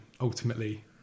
ultimately